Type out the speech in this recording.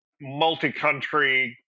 multi-country